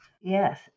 Yes